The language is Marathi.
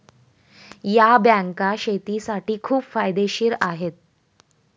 या बँका शेतीसाठी खूप फायदेशीर आहेत